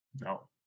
No